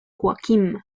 joaquim